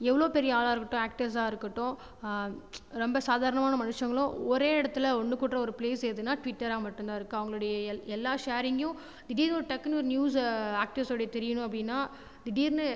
எவ்வளோ பெரிய ஆளாக இருக்கட்டும் ஆக்ட்டர்ஸாக இருக்கட்டும் ரொம்ப சாதாரணமான மனுஷங்களும் ஒரே இடத்துல ஒன்னு கூடுற ஒரு ப்ளேஸ் எதுனா ட்விட்டராக மட்டுதான் இருக்கு அவங்களுடைய எல்லா ஷேரிங்கயும் திடீர்னு டக்குன்னு ஒரு நியூஸ் அக்ட்ரஸோட தெரியணும் அப்படினா திடீர்னு